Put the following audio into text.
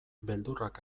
beldurrak